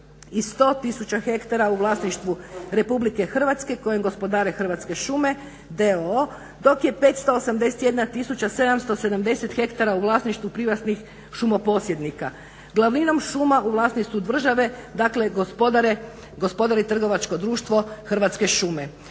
i 100000 ha u vlasništvu Republike Hrvatske kojim gospodare Hrvatske šume d.o.o. dok je 581770 ha u vlasništvu privatnih šumo posjednika. Glavninom šuma u vlasništvu države, dakle gospodari trgovačko društvo Hrvatske šume.